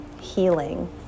healing